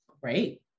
Great